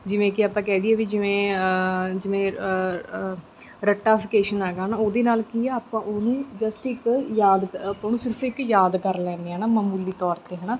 ਜਿਵੇਂ ਕਿ ਆਪਾਂ ਕਹਿ ਦਈਏ ਵੀ ਜਿਵੇਂ ਜਿਵੇਂ ਰੱਟਾਫਿਕੇਸ਼ਨ ਹੈਗਾ ਨਾ ਉਹਦੇ ਨਾਲ ਕੀ ਆ ਆਪਾਂ ਉਹਨੂੰ ਜਸਟ ਇੱਕ ਯਾਦ ਆਪਾਂ ਉਹਨੂੰ ਸਿਰਫ ਇੱਕ ਯਾਦ ਕਰ ਲੈਂਦੇ ਹਾਂ ਨਾ ਮਾਮੂਲੀ ਤੌਰ 'ਤੇ ਹੈ ਨਾ